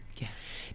Yes